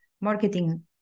marketing